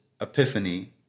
epiphany